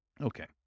Okay